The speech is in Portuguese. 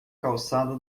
calçada